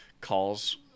calls